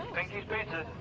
pinkie's pizza.